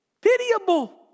Pitiable